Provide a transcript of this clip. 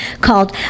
called